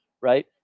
right